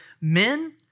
men